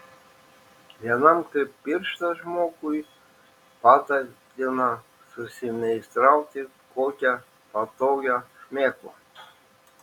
vienam kaip pirštas žmogui patartina susimeistrauti kokią patogią šmėklą